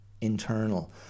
internal